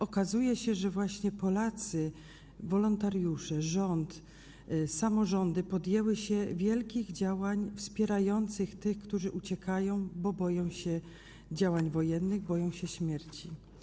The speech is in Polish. Okazuje się, że właśnie Polacy - wolontariusze, rząd, samorządy - podjęli się wielkich działań wspierających tych, którzy uciekają, bo boją się działań wojennych, boją się śmierci.